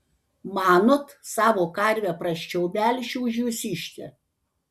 manot savo karvę prasčiau melšiu už jūsiškę